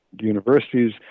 universities